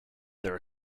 there